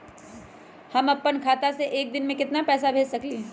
हम अपना खाता से एक दिन में केतना पैसा भेज सकेली?